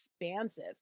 expansive